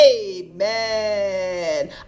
Amen